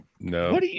no